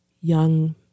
young